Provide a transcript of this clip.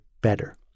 better